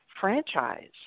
franchise